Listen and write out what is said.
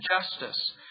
justice